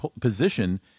position